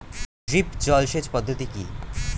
Drip জল সেচ পদ্ধতি কি?